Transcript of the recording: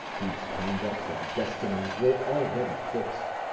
whose conduct and destiny were already fixed,